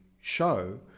show